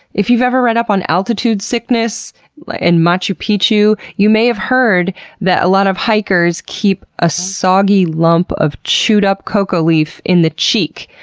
if you've ever read up on altitude sickness in machu picchu, you may have heard that a lot of hikers keeping a soggy lump of chewed up coca leaf in the cheek,